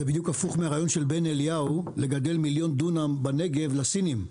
זה בדיוק הפוך מהרעיון של בן אליהו לגדל מיליון דונם בנגב לסינים.